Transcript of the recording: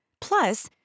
Plus